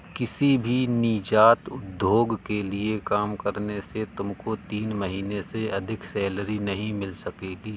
किसी भी नीजात उद्योग के लिए काम करने से तुमको तीन महीने से अधिक सैलरी नहीं मिल सकेगी